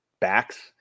backs